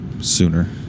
sooner